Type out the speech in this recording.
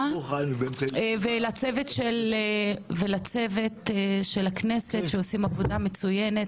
ולצוות ערוץ הכנסת שעושים עבודה מצוינת.